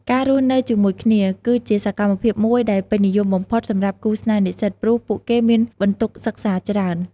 ការរស់នៅជាមួយគ្នា គឺជាសកម្មភាពមួយដែលពេញនិយមបំផុតសម្រាប់គូស្នេហ៍និស្សិត ព្រោះពួកគេមានបន្ទុកសិក្សាច្រើន។